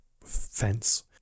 fence